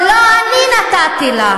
מסכנים אתם,